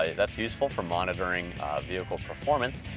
that's useful for monitoring vehicle performance.